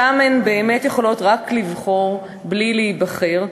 שם הן באמת יכולות רק לבחור, בלי להיבחר.